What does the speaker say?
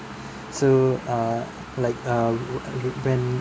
so uh like uh when